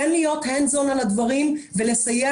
כן להיות hands-on על הדברים ולסייע